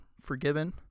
forgiven